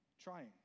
trying